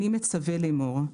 אני מצווה לאמור: